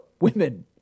women